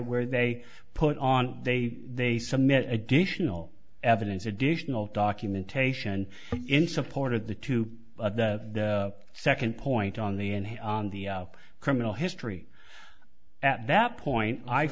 where they put on they they submit additional evidence additional documentation in support of the to the second point on the and on the criminal history at that point i